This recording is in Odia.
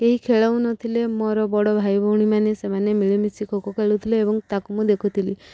କେହି ଖେଳାଉ ନଥିଲେ ମୋର ବଡ଼ ଭାଇ ଭଉଣୀମାନେ ସେମାନେ ମିଳିମିଶି ଖୋଖୋ ଖେଳୁଥିଲେ ଏବଂ ତାକୁ ମୁଁ ଦେଖୁଥିଲି